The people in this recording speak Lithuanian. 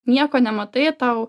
nieko nematai ir tau